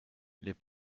les